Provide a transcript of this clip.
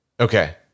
Okay